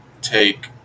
take